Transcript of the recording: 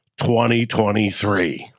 2023